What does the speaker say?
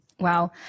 Wow